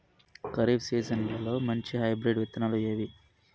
ఖరీఫ్ సీజన్లలో మంచి హైబ్రిడ్ విత్తనాలు ఏవి